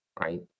right